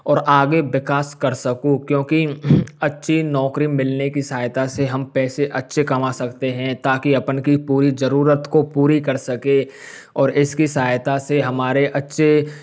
और आगे विकास कर सकूँ क्योंकि अच्छी नौकरी मिलने की सहायता से हम पैसे अच्छे कमा सकते हैं ताकि अपन की पूरी जरूरत को पूरी कर सकें और इसकी सहायता से हमारे अच्छे